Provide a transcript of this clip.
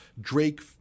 Drake